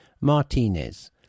Martinez